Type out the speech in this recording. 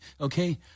okay